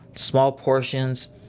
small portions,